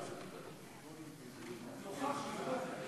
נוכח ומוותר.